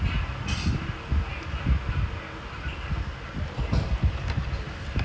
then engish lah actually most of it I do it in my phone because I I type faster in phone anyway